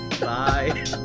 Bye